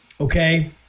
okay